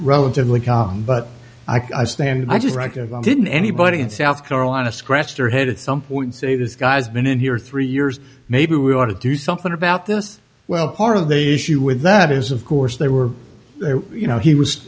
relatively calm but i stand i just didn't anybody in south carolina scratch their head at some point say this guy's been in here three years maybe we ought to do something about this well part of the issue with that is of course they were you know he was